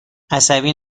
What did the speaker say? عصبی